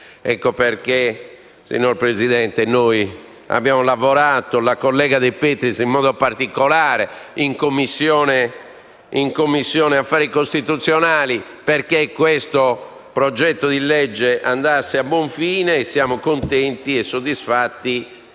Ecco perché, signora Presidente, noi, e la collega De Petris in modo particolare, abbiamo lavorato in Commissione affari costituzionali perché questo progetto di legge andasse a buon fine e siamo contenti e soddisfatti in